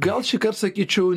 gal šįkart sakyčiau